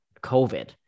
COVID